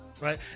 right